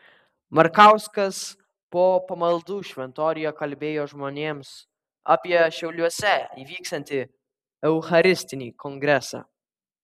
markauskas po pamaldų šventoriuje kalbėjo žmonėms apie šiauliuose įvyksiantį eucharistinį kongresą